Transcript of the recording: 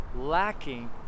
lacking